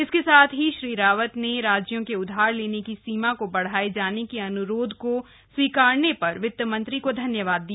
इसके साथ ही श्री रावत ने अपने द्वारा राज्यों के उधार लेने की सीमा को बढाए जाने के अनुरोध को स्वीकारने पर वित्त मंत्री को धन्यवाद दिया